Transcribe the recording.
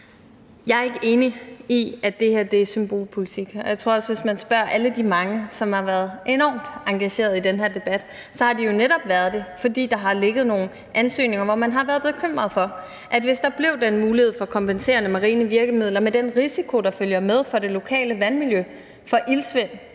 Jeg er ikke enig i, at det her er symbolpolitik, og jeg tror også, at hvis man spørger alle dem, som har været enormt engagerede i den her debat, så har de jo netop været det, fordi der har ligget nogle ansøgninger, og i den forbindelse har man været bekymret for, at hvis der blev den mulighed for kompenserende marine virkemidler med den risiko, der følger med for det lokale vandmiljø, for iltsvind,